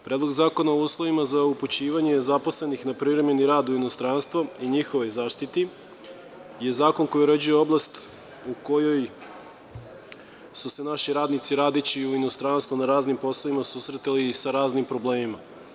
Predlog zakona o uslovima za upućivanje zaposlenih na privremeni rad u inostranstvo i njihovoj zaštiti je zakon koji uređuje oblast u kojoj su se naši radnici, radeći u inostranstvu na raznim poslovima, susretali sa raznim problemima.